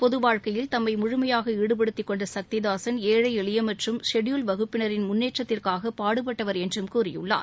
பொது வாழ்க்கையில் தம்மை முழுமையாக ஈடுபடுத்திக்கொண்ட சக்திதாசன் ஏழை எளிய மற்றும் ஷெட்யூல்டு வகுப்பினரின் முன்னேற்றத்திற்காக பாடுபட்டவர் என்றும் கூறியுள்ளார்